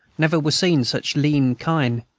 never were seen such lean kine.